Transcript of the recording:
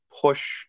push